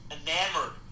enamored